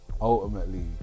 ultimately